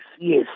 Yes